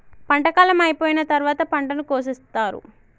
పంట కాలం అయిపోయిన తరువాత పంటను కోసేత్తారు